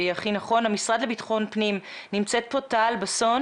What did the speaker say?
המשרד לביטחון פנים, טל בסון